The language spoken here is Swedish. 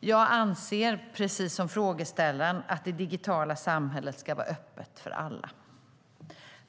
Jag anser, precis som frågeställaren, att det digitala samhället ska vara öppet för alla.